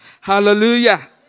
hallelujah